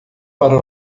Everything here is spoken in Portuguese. para